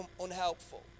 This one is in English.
unhelpful